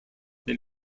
that